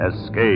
Escape